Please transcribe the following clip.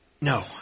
no